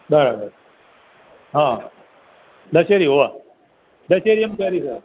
બરાબર હ દશેરી હોવે દશેરીયમ કેરી છે